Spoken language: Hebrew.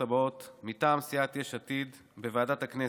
הבאות מטעם סיעת יש עתיד: בוועדת הכנסת,